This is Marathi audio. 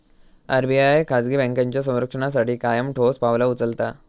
आर.बी.आय खाजगी बँकांच्या संरक्षणासाठी कायम ठोस पावला उचलता